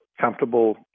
comfortable